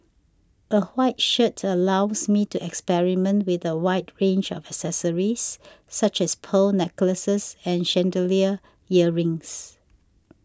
a white shirt allows me to experiment with a wide range of accessories such as pearl necklaces and chandelier earrings